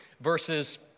verses